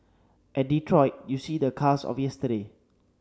at Detroit you see the cars of yesterday